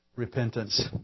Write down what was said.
Repentance